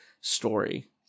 story